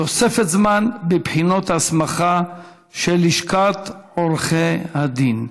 תוספת זמן בבחינות הסמכה של לשכת עורכי הדין.